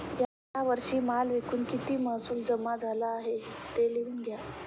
या वर्षी माल विकून किती महसूल जमा झाला आहे, ते लिहून द्या